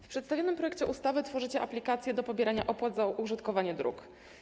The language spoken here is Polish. W przedstawionym projekcie ustawy tworzycie aplikację do pobierania opłat za użytkowanie dróg.